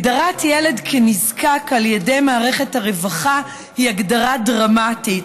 הגדרת ילד כנזקק על ידי מערכת הרווחה היא הגדרה דרמטית.